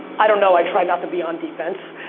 i don't know. i try not to be on defense.